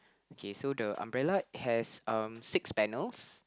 okay so the umbrella has um six panels